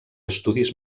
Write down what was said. estudis